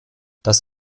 das